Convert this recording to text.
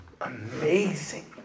amazing